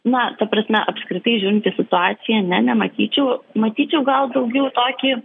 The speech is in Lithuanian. na ta prasme apskritai žiūrint į situacija ne nematyčiau matyčiau gal daugiau tokį